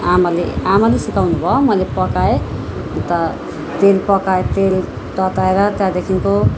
आमाले आमाले सिकाउनु भयो मैले पकाएँ अन्त तेल पकाएँ तेल तताएर त्यहाँदेखिको